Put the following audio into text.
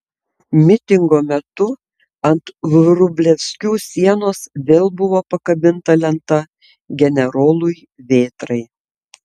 mitingo metu ant vrublevskių sienos vėl buvo pakabinta lenta generolui vėtrai